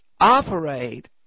operate